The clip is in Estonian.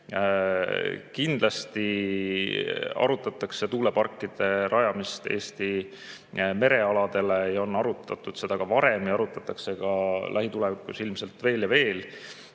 käsitle. Kindlasti arutatakse tuuleparkide rajamist Eesti merealadele. Seda on arutatud varem ja arutatakse ka lähitulevikus ilmselt veel ja veel.